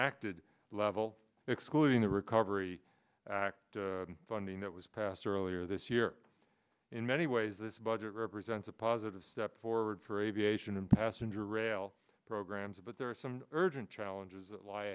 acted level excluding the recovery act funding that was passed earlier this year in many ways this budget represents a positive step forward for aviation and passenger rail programs but there are some urgent challenges that lie